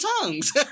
tongues